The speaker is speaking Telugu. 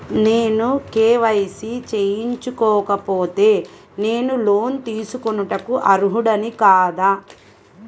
నేను కే.వై.సి చేయించుకోకపోతే నేను లోన్ తీసుకొనుటకు అర్హుడని కాదా?